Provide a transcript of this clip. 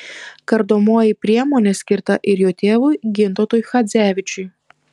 kardomoji priemonė skirta ir jo tėvui gintautui chadzevičiui